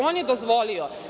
On je dozvolio…